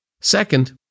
Second